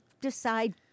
decide